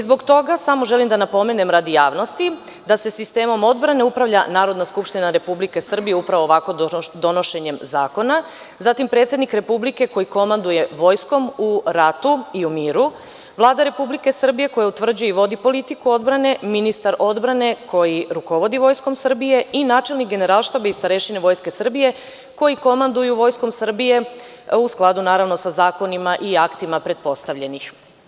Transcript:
Zbog toga samo želim da napomenem, radi javnosti, da sa sistemom odbrane upravlja Narodna skupština Republike Srbije, upravo ovako donošenjem zakona, zatim predsednik Republike koji komanduje Vojskom u ratu i u miru, Vlada Republike Srbije koja utvrđuje i vodi politiku odbrane, ministar odbrane koji rukovodi Vojskom Srbije i načelnik Generalštaba i starešine Vojske Srbije koji komanduju Vojskom Srbije u skladu, naravno sa zakonima i aktima pretpostavljenih.